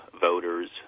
voters